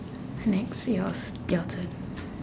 next yours your turn